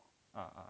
ah ah